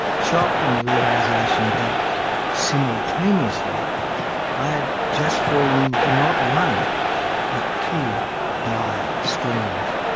shocked in the realisation that simultaneously i had just fallen into not one but two dire storms.